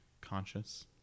conscious